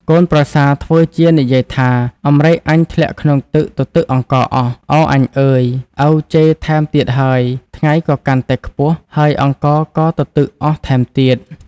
កូនប្រសាធ្វើជានិយាយថា "អំរែកអញធ្លាក់ក្នុងទឹកទទឹកអង្ករអស់ ឱអញអើយ! ឪជេរថែមទៀតហើយ ថ្ងៃក៏កាន់តែខ្ពស់ ហើយអង្ករក៏ទទឹកអស់ថែមទៀត"។